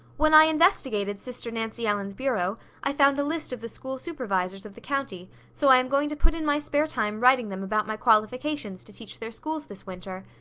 when i investigated sister nancy ellen's bureau i found a list of the school supervisors of the county, so i am going to put in my spare time writing them about my qualifications to teach their schools this winter.